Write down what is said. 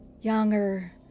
younger